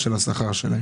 הצבעה אושר הפנייה אושרה.